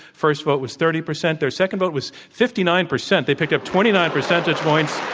first vote was thirty percent. their second vote was fifty nine percent. they picked up twenty nine percentage points.